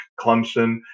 Clemson